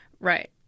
Right